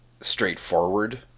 straightforward